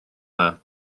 dda